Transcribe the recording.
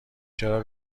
چرا